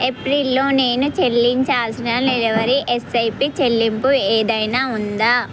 ఏప్రిల్లో నేను చెల్లించాల్సిన నెలవారీ ఎస్ఐపి చెల్లింపు ఏదైనా ఉందా